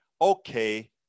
okay